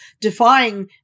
defying